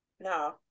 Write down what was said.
No